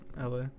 LA